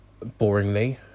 boringly